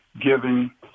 giving